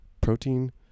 protein